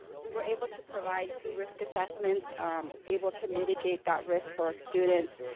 we were able to provide two risk assessments um able to mitigate that risk for our students.